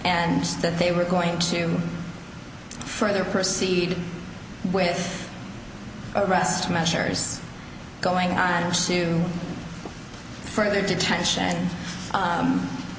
and that they were going to further proceed with arrest measures going on to further detention